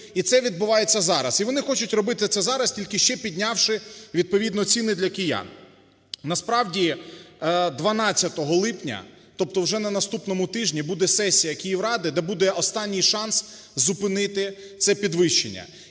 І це відбувається зараз. І вони хочуть робити це зараз, тільки ще піднявши відповідно ціни для киян. Насправді 12 липня, тобто вже на наступному тижні, буде сесія Київради, де буде останній шанс зупинити це підвищення.